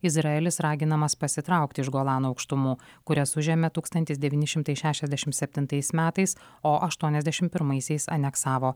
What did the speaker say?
izraelis raginamas pasitraukti iš golano aukštumų kurias užėmė tūkstantis devyni šimtai šešiasdešim septintais metais o aštuoniasdešim pirmaisiais aneksavo